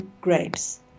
grapes